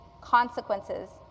consequences